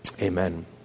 amen